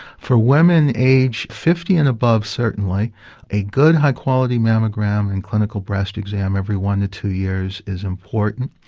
for women aged fifty and above certainly a good high quality mammogram and clinical breast exam every one to two years is important.